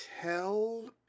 tell